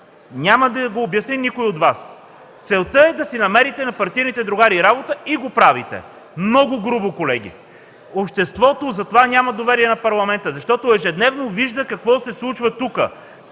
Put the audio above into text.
Няма да го обясни никой от Вас. Целта е да намерите работа на партийните си другари и го правите. Много грубо, колеги! Затова обществото няма доверие в Парламента, защото ежедневно вижда какво се случва тук.